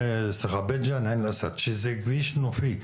אל אסד שזה כביש נופי,